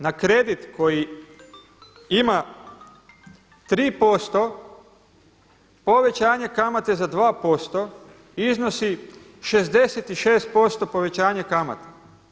Na kredit koji ima 3% povećanje kamate za 2% iznosi 66% povećanje kamata.